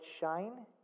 shine